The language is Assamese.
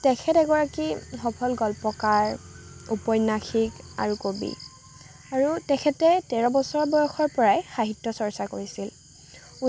তেখেত এগৰাকী সফল গল্পকাৰ উপন্যাসিক আৰু কবি আৰু তেখেতে তেৰ বছৰ বয়সৰ পৰাই সাহিত্য চৰ্চা কৰিছিল